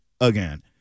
again